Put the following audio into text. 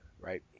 right